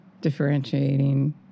differentiating